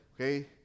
okay